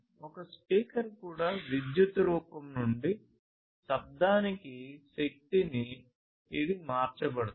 ఒక స్పీకర్ కూడా విద్యుత్ రూపం నుండి శబ్దానికి శక్తిని ఇది మార్చబడుతుంది